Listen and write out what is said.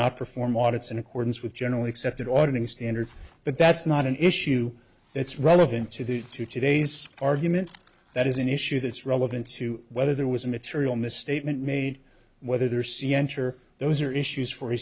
not perform audits in accordance with generally accepted ordering standards but that's not an issue that's relevant to the to today's argument that is an issue that's relevant to whether there was a material misstatement made whether c enter those are issues for